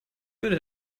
würde